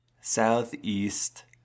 Southeast